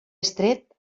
estret